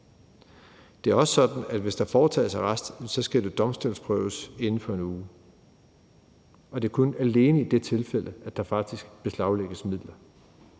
Det er også sådan, at det, hvis der foretages arrest, skal det domstolsprøves inden for 1 uge, og at det faktisk alene er i det tilfælde, at der beslaglægges midler.